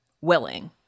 willing